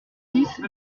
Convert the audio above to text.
dix